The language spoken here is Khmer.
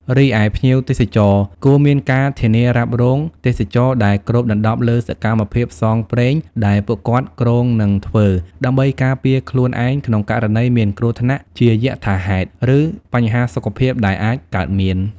រីឯ ភ្ញៀវទេសចរគួរមានការធានារ៉ាប់រងទេសចរណ៍ដែលគ្របដណ្ដប់លើសកម្មភាពផ្សងព្រេងដែលពួកគាត់គ្រោងនឹងធ្វើ ដើម្បីការពារខ្លួនឯងក្នុងករណីមានគ្រោះថ្នាក់ជាយថាហេតុ ឬបញ្ហាសុខភាពដែលអាចកើតមាន។